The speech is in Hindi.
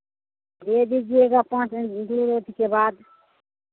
दे दीजिएगा पाँच दो रोज के बाद